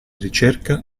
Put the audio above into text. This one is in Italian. ricerca